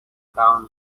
town